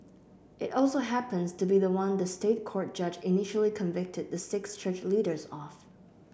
it also happens to be the one the State Court judge initially convicted the six church leaders of